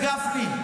חבר הכנסת גפני,